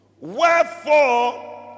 Wherefore